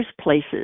places